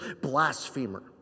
blasphemer